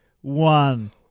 one